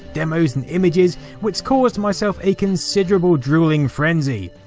demos and images which caused myself a considerable drooling frenzy.